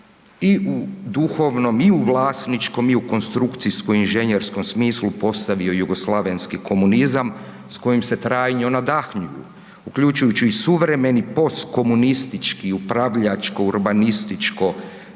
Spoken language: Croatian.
i u duhovnom i u vlasničkom i u konstrukcijsko-inženjerskom smislu postavio jugoslavenski komunizam s kojim se trajno nadahnjuju uključujući i suvremeni post post komunistički, upravljačko-urbanističko-vlasnički